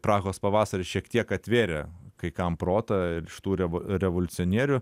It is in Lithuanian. prahos pavasaris šiek tiek atvėrė kai kam protą ir iš tų rev revoliucionierių